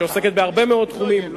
שעוסקת בהרבה מאוד תחומים,